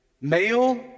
male